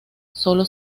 solo